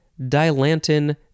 dilantin